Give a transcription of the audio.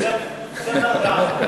אדוני היושב-ראש,